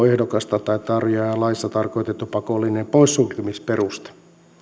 ehdokasta tai tarjoajaa laissa tarkoitettu pakollinen poissulkemisperuste